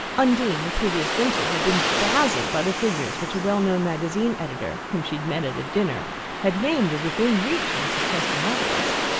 undine, the previous winter, had been dazzled by the figures which a well-known magazine editor, whom she had met at dinner had named as within reach of the successful novelist.